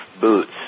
boots